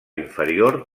inferior